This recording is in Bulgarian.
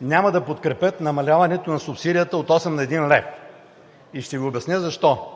няма да подкрепят намаляването на субсидията от осем на един лев. Ще Ви обясня защо.